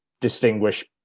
distinguish